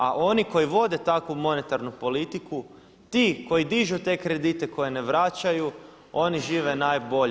A oni koji vode takvu monetarnu politiku, ti koji dižu te kredite koje ne vraćaju oni žive najbolje.